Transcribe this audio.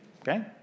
okay